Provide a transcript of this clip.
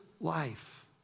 life